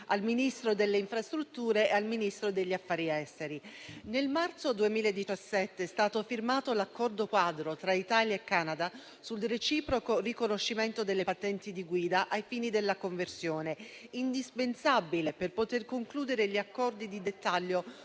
al Ministro degli affari esteri e della cooperazione internazionale. Nel marzo 2017 è stato firmato l'Accordo quadro tra Italia e Canada sul reciproco riconoscimento delle patenti di guida ai fini della conversione, indispensabile per poter concludere gli accordi di dettaglio